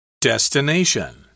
Destination